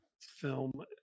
film